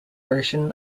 version